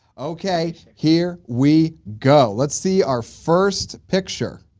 okay here we go. let's see our first picture